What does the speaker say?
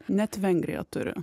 net vengrija turi